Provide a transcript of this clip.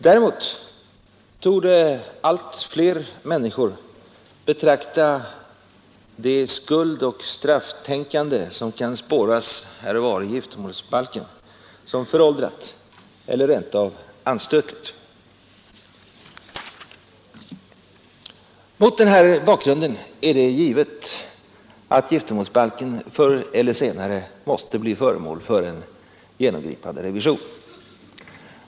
Däremot torde allt fler människor betrakta det skuldoch strafftänkande som kan spåras här och var i giftermålsbalken som föråldrat eller rent av anstötligt. Mot denna bakgrund är det givet att giftermålsbalken förr eller senare måste bli föremål för en genomgripande revision.